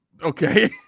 Okay